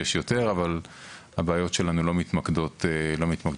תמיד טוב שיש יותר אבל הבעיות שלנו לא מתמקדות שם,